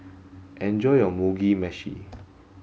enjoy your Mugi Meshi